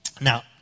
Now